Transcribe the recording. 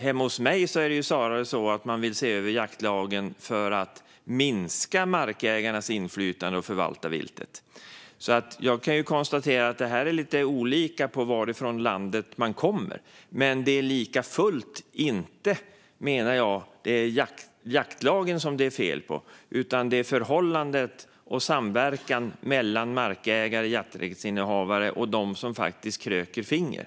Hemma hos mig vill man alltså snarare att jaktlagen ska ses över för att minska markägarnas inflytande och förvalta viltet. Jag kan konstatera att det är lite olika beroende på varifrån i landet man kommer. Men det är likafullt inte jaktlagen det är fel på, menar jag, utan det är förhållandet och samverkan mellan markägare, jakträttsinnehavare och dem som faktiskt kröker finger.